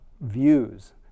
views